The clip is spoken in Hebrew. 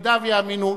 ותלמידיו יאמינו,